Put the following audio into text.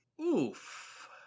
Oof